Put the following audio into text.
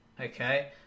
okay